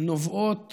נובעות